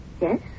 yes